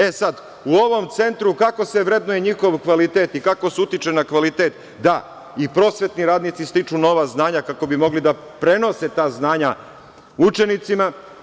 E sad, u ovom Centru kako se vrednuje njihov kvalitet i kako se utiče na kvalitet da i prosvetni radnici stiču nova znanja kako bi mogli da prenose ta znanja učenicima?